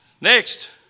Next